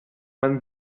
man